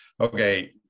okay